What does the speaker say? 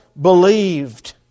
believed